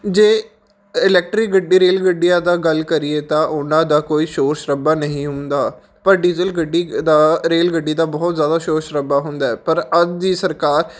ਜੇ ਇਲੈਕਟਰਿਕ ਗੱਡੀ ਰੇਲ ਗੱਡੀਆ ਤਾਂ ਗੱਲ ਕਰੀਏ ਤਾਂ ਉਹਨਾਂ ਦਾ ਕੋਈ ਸ਼ੋਰ ਸ਼ਰਾਬਾ ਨਹੀਂ ਹੁੰਦਾ ਪਰ ਡੀਜ਼ਲ ਗੱਡੀ ਦਾ ਰੇਲ ਗੱਡੀ ਦਾ ਬਹੁਤ ਜ਼ਿਆਦਾ ਸ਼ੋਰ ਸ਼ਰਾਬਾ ਹੁੰਦਾ ਪਰ ਅੱਜ ਦੀ ਸਰਕਾਰ